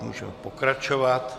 Můžeme pokračovat.